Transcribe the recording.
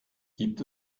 gibt